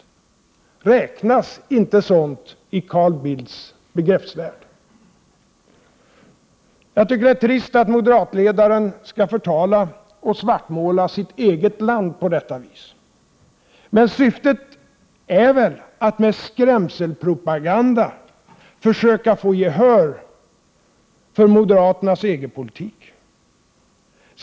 Räknas inte sådant i Carl Bildts begreppsvärld? Det är trist att moderatledaren skall förtala och svartmåla sitt eget land på detta vis. Men syftet är väl att med skrämselpropaganda försöka få gehör för moderaternas EG-politik.